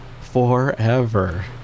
forever